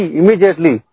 immediately